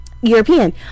European